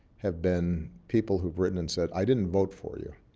have been people who've written and said, i didn't vote for you,